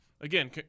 again